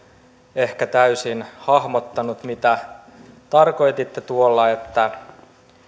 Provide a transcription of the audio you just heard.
ehkä täysin hahmottanut mitä tarkoititte tuolla että